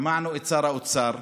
שמענו את שר האוצר,